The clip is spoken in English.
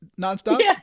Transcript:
nonstop